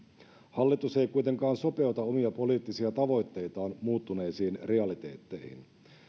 hallitus ei kuitenkaan sopeuta omia poliittisia tavoitteitaan muuttuneisiin realiteetteihin